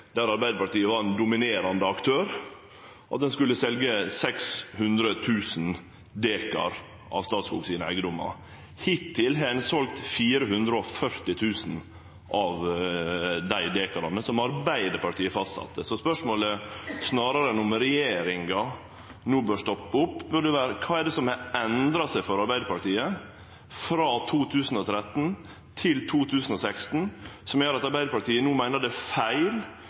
der Arbeidarpartiet var ein dominerande aktør, at ein skulle selje 600 000 dekar av Statskog sine eigedomar. Hittil har ein selt 440 000 av dei dekara som Arbeidarpartiet fastsette. Så spørsmålet snarare enn om regjeringa no bør stoppe opp, burde vere: Kva er det som har endra seg for Arbeidarpartiet frå 2013 til 2016, som gjer at Arbeidarpartiet no meiner det er feil